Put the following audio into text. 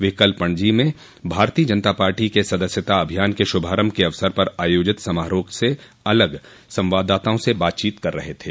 वे कल पणजी में भारतीय जनता पार्टी के सदस्यता अभियान के श्रभारंभ के अवसर पर आयोजित समारोह से अलग संवाददाताओं से बातचीत कर रहे थे